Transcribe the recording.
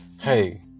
hey